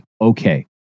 okay